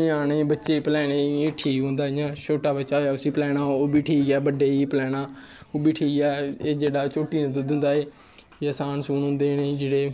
ञ्याने बच्चे गी पलैने ई ठीक होंदा इ'यां छोटा बच्चा उस्सी पलैना होऐ ओह् बी ठीक ऐ बड्डे गी पलैना ओह् बी ठीक ऐ एह् जेह्ड़ा झोट्टी दा दुद्ध होंदी एह् साह्न सूह्न होंदे जेह्ढ़े